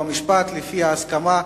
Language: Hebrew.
חוק ומשפט לפי ההסכמה.